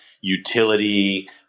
utility